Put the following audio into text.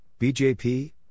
BJP